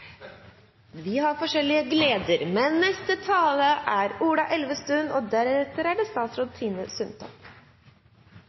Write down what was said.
Vi har forskjellige gleder. Neste taler er representanten Ola Elvestuen. Ola Elvestuen har hatt ordet to ganger tidligere og